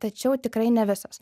tačiau tikrai ne visos